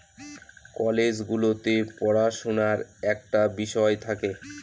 college গুলোতে পড়াশুনার একটা বিষয় থাকে